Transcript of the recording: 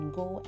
go